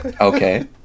Okay